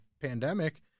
pandemic